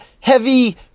heavy